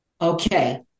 okay